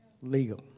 legal